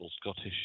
Scottish